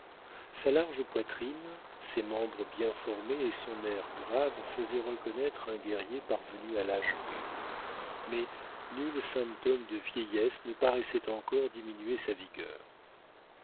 sa large poitrine ses membres bien formés et son air grave faisaient reconnaître un guerrier parvenu à l'âge mûr mais nul symptôme de vieillesse ne paraissait encore avoir diminué sa vigueur